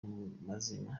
mazima